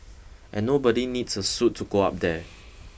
and nobody needs a suit to go up there